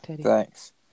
thanks